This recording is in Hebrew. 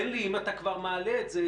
אם אתה כבר מעלה את זה,